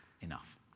enough